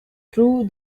through